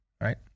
right